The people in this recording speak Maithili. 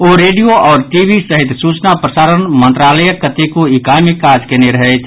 ओ रेडियो आओर टीवी सहित सूचना प्रसारण मंत्रालयक कतेको इकाई मे काज केने रहैथ